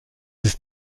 ist